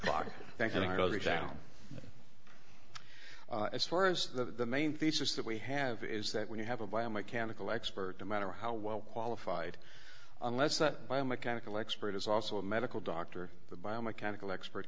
exam as far as that the main thesis that we have is that when you have a biomechanical expert no matter how well qualified unless the biomechanical expert is also a medical doctor the biomechanical expert